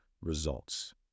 results